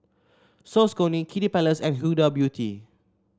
Saucony Kiddy Palace and Huda Beauty